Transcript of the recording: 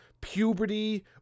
puberty